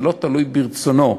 זה לא תלוי ברצונו.